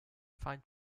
feind